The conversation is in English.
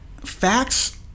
facts